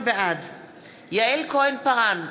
בעד יעל כהן-פארן,